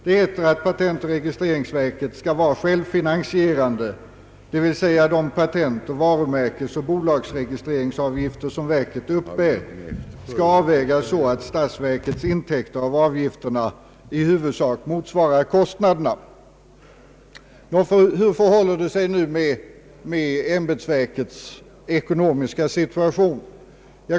Det heter att patentoch registreringsverket skall vara självfinansierande, d.v.s. de patent-, varumärkesoch bolagsregistreringsavgifter som verket uppbär skall avvägas så att statsverkets intäkter av avgifterna i huvudsak motsvarar kostnaderna. Hur förhåller det sig nu med ämbetsverkets ekonomiska situation?